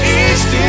east